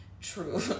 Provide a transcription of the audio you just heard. true